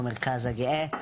במרכז הגאה.